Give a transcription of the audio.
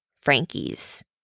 Frankie's